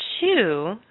two